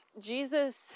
Jesus